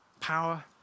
power